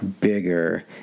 bigger